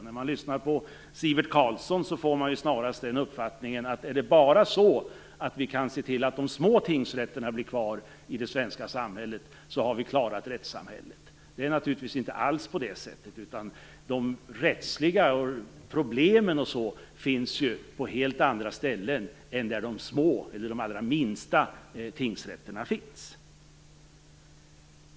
När man lyssnar på Sivert Carlsson får man snarast uppfattningen att kan man bara se till att de små tingsrätterna finns kvar i det svenska samhället så har vi klarat rättssamhället. Det är naturligtvis inte alls på det sättet. De rättsliga problemen finns ju på helt andra ställen än där de små eller allra minsta tingsrätterna finns.